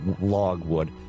logwood